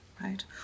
right